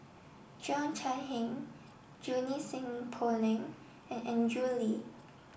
Cheo Chai Hiang Junie Sng Poh Leng and Andrew Lee